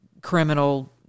criminal